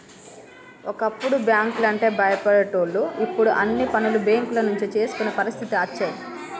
ఒకప్పుడు బ్యాంకు లంటే భయపడేటోళ్లు ఇప్పుడు అన్ని పనులు బేంకుల నుంచే చేసుకునే పరిస్థితి అచ్చే